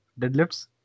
Deadlifts